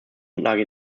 grundlage